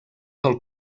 del